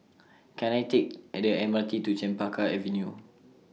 Can I Take At The MRT to Chempaka Avenue